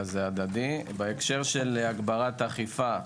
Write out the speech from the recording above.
לגבי הגברת אכיפה,